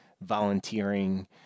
volunteering